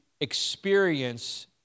experience